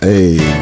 Hey